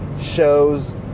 shows